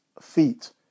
feet